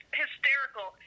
hysterical